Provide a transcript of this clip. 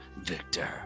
Victor